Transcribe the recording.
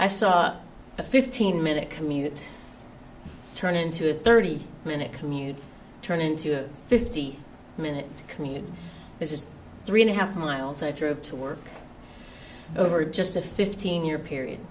i saw a fifteen minute commute turn into a thirty minute commute turn into a fifty minute commute this is three and a half miles i drove to work over just a fifteen year period